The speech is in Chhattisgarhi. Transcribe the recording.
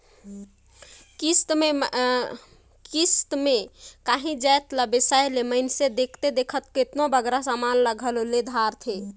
किस्त में कांही जाएत ला बेसाए ले मइनसे देखथे देखत केतनों बगरा समान ल घलो ले धारथे